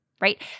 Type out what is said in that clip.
right